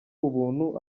ubuntu